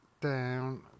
down